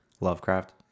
Lovecraft